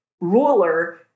ruler